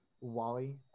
Wally